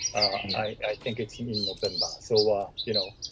i think it's an open bar. so, ah you know,